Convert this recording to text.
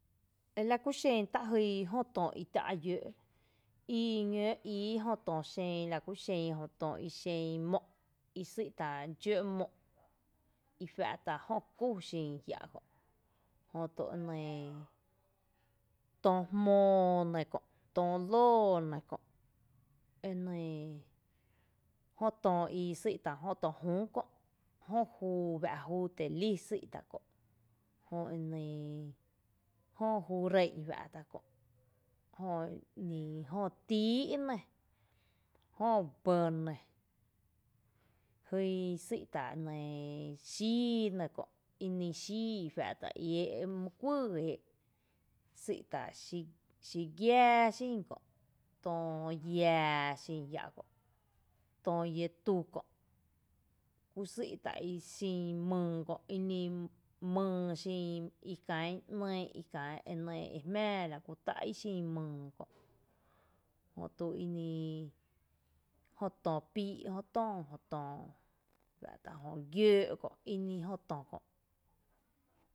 E la ku xen tá’ jyn jö tö i tⱥ’ llǿǿ’ i ñoo íí jö tö xen, lakuxen jö tö ixen mó’ i sý’ tá’ dxóó’ mó’, i fⱥ’ tá’ jö kú xin jia’ kö’, jötu e nɇɇ tö jmóo nɇ kö’ tö lóó nɇ kö, e nɇɇ jö tö i sý’ tá’ jö tö jü kö’, jö juu ejua’ta’ juu telí sý’ tá’ kö’, jö juu re’n jua’ tá’ kö’ jö nii, jö tíií ne, jö bɇ nɇ, jyn i sý’ tá’ xíi ne kö’, ini xii fa’ta? I éé’ mý kuýý ee’ sý’ tá’ xí giáá xin kö’, tö llⱥⱥ xin kö’, tö itu kö’, kú sý’ tá’ ixin myy kö’, myy xin i kán ´nýý’ i kán e nɇ e jmⱥⱥ la kú tá’ i xin myy kö’, jötu inii jö tö píí’ jö tö i jua’ta’ jö giǿǿ’ kö’ ini jö tö kö’.